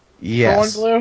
Yes